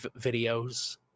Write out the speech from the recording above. videos